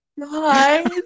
Guys